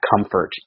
comfort